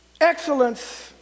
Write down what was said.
excellence